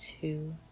two